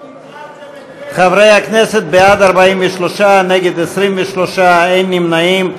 חברי הכנסת, בעד, 43, נגד, 23, אין נמנעים.